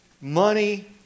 Money